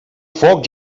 foc